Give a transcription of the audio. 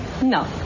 No